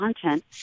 content